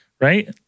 right